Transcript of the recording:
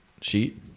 sheet